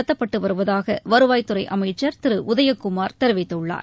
நடத்தப்பட்டு வருவதாக வருவாய் துறை அமைச்சர் திரு உதயக்குமார் தெரிவித்துள்ளார்